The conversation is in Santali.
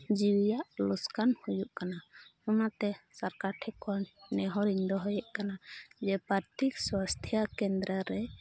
ᱡᱤᱣᱤᱭᱟᱜ ᱞᱚᱥᱠᱟᱱ ᱦᱩᱭᱩᱜ ᱠᱟᱱᱟ ᱚᱱᱟᱛᱮ ᱥᱚᱨᱠᱟᱨ ᱴᱷᱮᱡ ᱠᱷᱚᱱ ᱱᱮᱦᱚᱨᱤᱧ ᱫᱚᱦᱚᱭᱮᱫ ᱠᱟᱱᱟ ᱡᱮ ᱯᱨᱚᱛᱤ ᱥᱟᱥᱛᱷᱚ ᱠᱮᱱᱫᱨᱚ ᱨᱮ